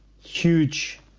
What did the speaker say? huge